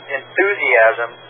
enthusiasm